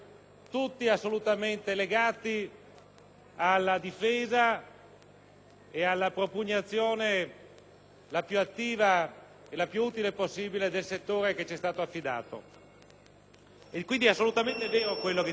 alla difesa e alla propugnazione più attiva e utile possibile del settore che ci è stato affidato. È, quindi, assolutamente vero quello che diceva ora il collega,